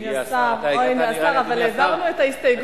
אדוני השר, הנה השר, אבל העברנו את ההסתייגות שלך.